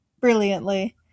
brilliantly